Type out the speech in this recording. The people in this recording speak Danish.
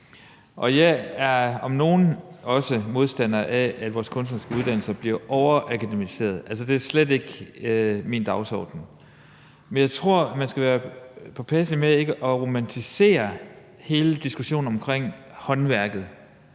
Jeg er om nogen også modstander af, at vores kunstneriske uddannelser bliver overakademiserede. Altså, det er slet ikke min dagsorden. Men jeg tror, man skal være påpasselig med at romantisere hele diskussionen omkring håndværket,